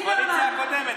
הקואליציה הקודמת